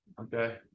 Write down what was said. Okay